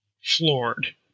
floored